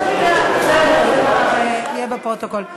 זה יהיה בפרוטוקול.